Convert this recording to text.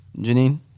Janine